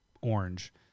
orange